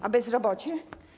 A bezrobocie?